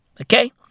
okay